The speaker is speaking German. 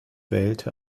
wählte